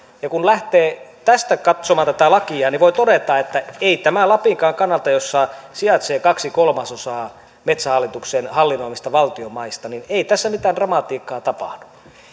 ja kun lähtee tästä katsomaan tätä lakia niin voi todeta että ei tässä lapinkaan kannalta jossa sijaitsee kaksi kolmasosaa metsähallituksen hallinnoimista valtion maista mitään dramatiikkaa tapahdu